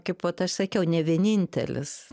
kaip vat aš sakiau ne vienintelis